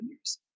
years